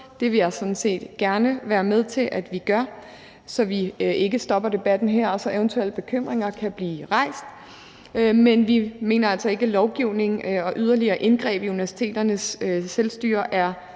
jeg sådan set gerne være med til at vi gør, så vi ikke stopper debatten her, og så eventuelle bekymringer kan blive rejst. Men vi mener altså ikke, at lovgivning og yderligere indgreb i universiteternes frihed er